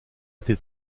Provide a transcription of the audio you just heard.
été